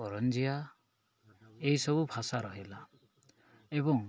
କରଞ୍ଜିଆ ଏଇସବୁ ଭାଷା ରହିଲା ଏବଂ